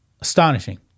Astonishing